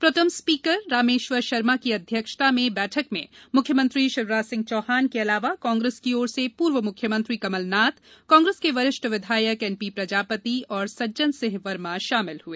pro tem speaker Rameshwar Sharma की अध्यक्षता में हुई बैठक में मुख्यमंत्री शिवराज सिंह चौहान के अलावा कांग्रेस की ओर से पूर्व मुख्यमंत्री कमल नाथ कांग्रेस के वरिष्ठ विधायक एन पी प्रजापति और सज्जन सिंह वर्मा शामिल हुए